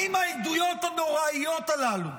האם העדויות הנוראיות הללו,